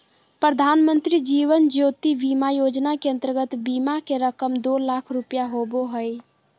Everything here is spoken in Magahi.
प्रधानमंत्री जीवन ज्योति बीमा योजना के अंतर्गत बीमा के रकम दो लाख रुपया होबो हइ